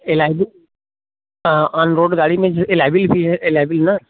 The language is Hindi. L I V on road गाड़ी में एल आई विल भी है एल आई विल